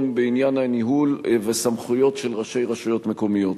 בעניין הניהול והסמכויות של ראשי רשויות מקומיות.